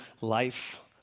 life